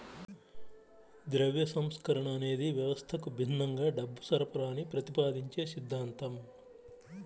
ద్రవ్య సంస్కరణ అనేది వ్యవస్థకు భిన్నంగా డబ్బు సరఫరాని ప్రతిపాదించే సిద్ధాంతం